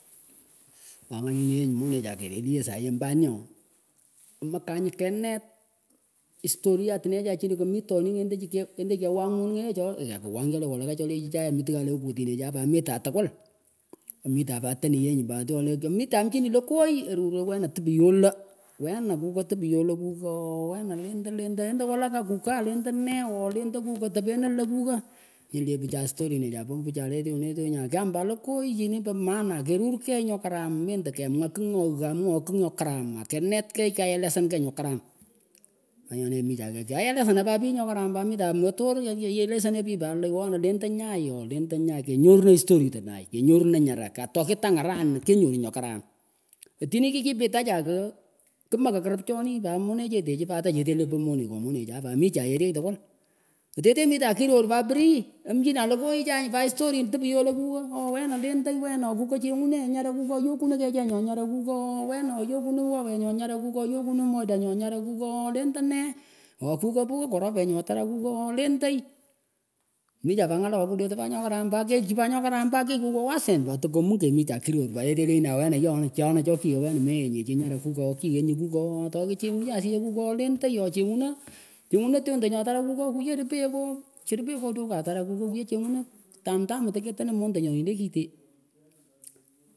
Ngwangwanieh monechah keruluh yeh sahii ombo anih ooh mekanyuh kenet historiatinechah chinah kemihtonin endachi kiendachi kewang monighe choh aka kewonguh walaka choleh chichah mitikhale kakahtinechan amitan tkwul amitan pat tenih pat yonieh mitah amchinih lekoy aruroh wenah tepyoh lah wenah kuka lendeneh ooh lenda kukah tepenahg lah kukah nyil yeh pichay storinechah pa pichay tyonleh tyonyah kyam pat lekoy chinih pa maana akerur keyh nyo karam mendah kemwah kigh nyohghaa mwoah kigh nyohkaram akenet keyh keelesan keyh nyokaram nganyonih michah kiaelesana pa pich nyohkaram pat mitan mwotor kany elesaneh pich pat loh lendah nyayh ooh lenda nyayh kenyorunah historytonay kenyorunah nyarah atokitang aranih kenyoruh nyohkaram atinip kikipitah chankar kimekah kirip chonih pat monechetechih pat atah cheteh pa monekwon monechan pat michah yeteyih tkwul ateteh michah kiror pa free amchinan lekoy chan pa historian tipiyoh lah kukah ooh wenah lendah wenah kukah chengunah nyarah ooh yokunah kechenyoh nyarah kukah ooh wenah yokunah wawenyoh nyarah kukah yokunah modahnyoh nyarah kukah ooh lendeneh ooh kukah pukah koropenyoh ataran kukah ooh lenday michah pah ngalah kuletah nyoh koram pat keychih nyokaram pat kikukuwesen toth mingech michah kiror pat yeteh lenyinan wenah mechyonah cho kiah wenah ameenyeh chin nyarah ooh kiioh nyih kokah ooh tokuchengish yeh asiyech kukah ooh lenday ooh chengunah tyondah atarah wiyah kipeh nyoh ripeh ngoh duka atarah kukah wiyahchengunah tamtam teketenah mondanyoh nyileh kiteh.